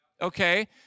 Okay